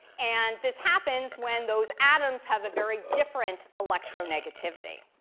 and this happens when those atoms have a very different electronegativity.